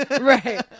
Right